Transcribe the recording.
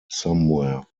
somewhere